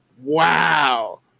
Wow